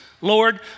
Lord